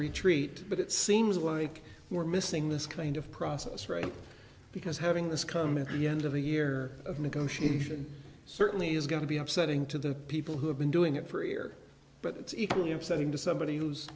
retreat but it seems like we're missing this kind of process right because having this coming to the end of the year of negotiation certainly is going to be upsetting to the people who have been doing it for a year but it's equally upsetting to somebody who's